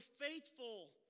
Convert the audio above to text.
faithful